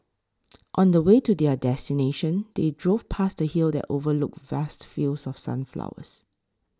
on the way to their destination they drove past a hill that overlooked vast fields of sunflowers